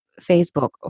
Facebook